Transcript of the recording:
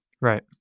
Right